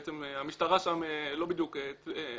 בעצם המשטרה שם לא בדיוק התערבה.